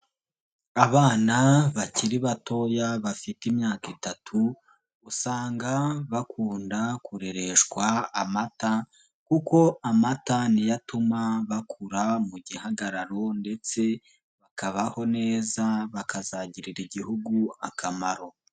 Abana bakiri batoya bafite imyaka itatu usanga bakunda kurereshwa amata kuko amata ni yo atuma bakura mu gihagararo ndetse bakabaho neza bakazagirira Igihugu akamaro.